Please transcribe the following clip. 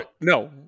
no